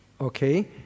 Okay